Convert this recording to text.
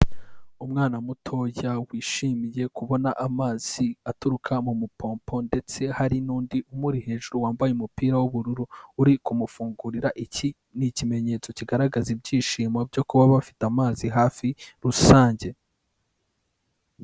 Umwana mutoya wishimiye kubona amazi aturuka mu mupompo ndetse hari n'undi umuri hejuru wambaye umupira w'ubururu uri kumufungurira, iki ni ikimenyetso kigaragaza ibyishimo byo kuba bafite amazi hafi rusange.